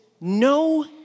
no